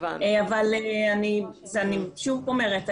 אבל אני שוב אומרת,